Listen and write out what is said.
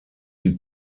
die